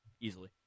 easily